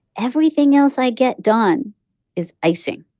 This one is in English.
everything else i get done is icing.